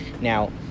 now